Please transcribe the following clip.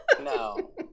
no